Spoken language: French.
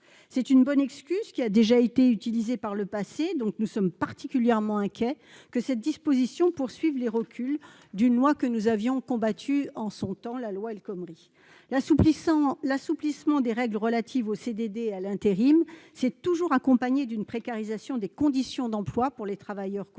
permanentes- l'excuse a déjà servi par le passé ... Nous sommes particulièrement inquiets d'une disposition qui aggrave les reculs d'une loi que nous avions combattue, la loi El Khomri. L'assouplissement des règles relatives aux CDD et à l'intérim s'est toujours accompagné d'une précarisation des conditions d'emploi pour les travailleurs concernés,